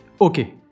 Okay